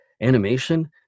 Animation